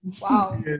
Wow